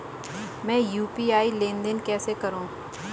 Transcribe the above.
मैं यू.पी.आई लेनदेन कैसे करूँ?